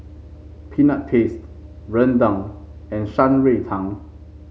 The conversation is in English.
Peanut Paste rendang and Shan Rui Tang